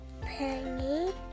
Penny